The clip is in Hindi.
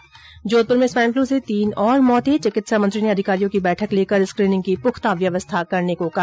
् जोधप्र में स्वाइन फ्लू से तीन और मौते चिकित्सा मंत्री ने अधिकारियों की बैठक लेकर स्क्रीनिंग की पुख्ता व्यवस्था करने को कहा